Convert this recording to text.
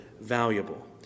valuable